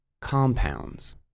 compounds